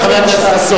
אדוני היושב-ראש,